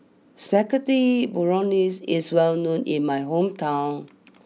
Spaghetti Bolognese is well known in my hometown